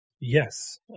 Yes